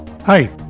Hi